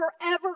forever